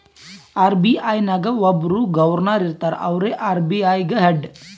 RBI ನಾಗ್ ಒಬ್ಬುರ್ governor ಇರ್ತಾರ ಅವ್ರೇ ಆರ್.ಬಿ.ಐ ಗ ಹೆಡ್